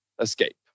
escape